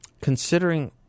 considering